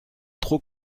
trop